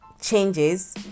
changes